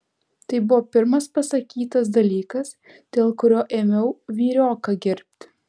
tai buvo pirmas pasakytas dalykas dėl kurio ėmiau vyrioką gerbti